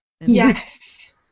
Yes